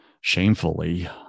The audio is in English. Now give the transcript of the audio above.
shamefully